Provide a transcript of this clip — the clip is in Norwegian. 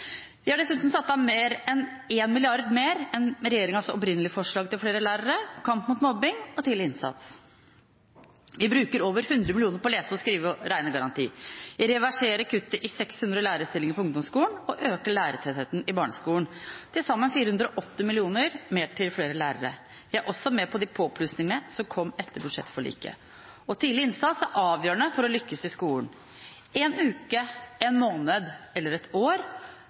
Vi har dessuten satt av mer enn 1 mrd. kr mer enn regjeringas opprinnelige forslag til flere lærere, kamp mot mobbing og tidlig innsats. Vi bruker over 100 mill. kr på lese-, skrive- og regnegaranti: Vi reverserer kuttet i 600 lærerstillinger i ungdomsskolen og øker lærertettheten i barneskolen – til sammen 480 mill. kr mer til flere lærere. Vi er også med på de påplussingene som kom etter budsjettforliket. Tidlig innsats er avgjørende for å lykkes i skolen. En uke, en måned eller et år